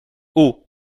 haut